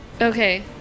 Okay